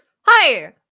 hi